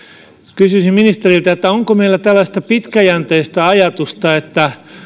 kysyisin ministeriltä onko meillä tällaista pitkäjänteistä ajatusta